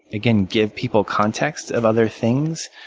again, give people context of other things,